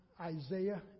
Isaiah